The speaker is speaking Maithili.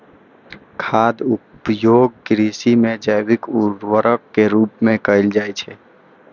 खादक उपयोग कृषि मे जैविक उर्वरक के रूप मे कैल जाइ छै